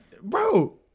bro